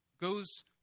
goes